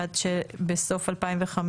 עד שבסוף 2025